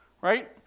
right